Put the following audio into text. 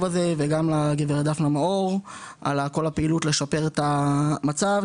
הזה וגם לגב' דפנה מאור על כל הפעילות לשפר את המצב.